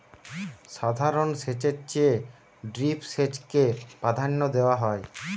সাধারণ সেচের চেয়ে ড্রিপ সেচকে প্রাধান্য দেওয়া হয়